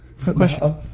question